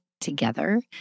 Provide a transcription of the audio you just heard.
together